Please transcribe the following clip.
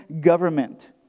government